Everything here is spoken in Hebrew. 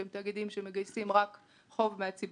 שאלה תאגידים שמגייסים רק חוב מהציבור,